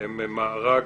הם מארג